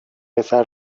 پسره